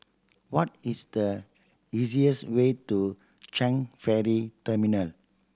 what is the easiest way to Changi Ferry Terminal